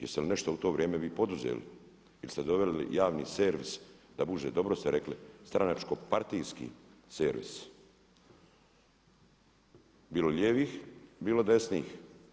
Jeste li nešto u to vrijeme vi poduzeli ili ste doveli javni servis da bude dobro ste rekli, stranačko partijski servis bilo lijevih, bilo desnih.